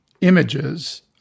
images